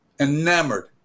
enamored